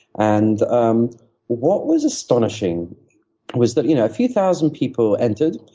and um what was astonishing was that you know a few thousand people entered.